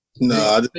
No